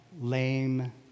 lame